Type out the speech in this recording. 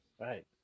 Right